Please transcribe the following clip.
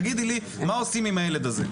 תגידי לי מה עושים עם הילד הזה.